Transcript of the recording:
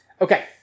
Okay